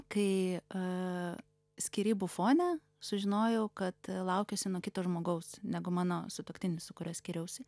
kai a skyrybų fone sužinojau kad a laukiuosi nuo kito žmogaus negu mano sutuoktinis su kuriuo skyriausi